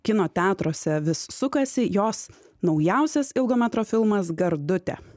kino teatruose vis sukasi jos naujausias ilgo metro filmas gardutė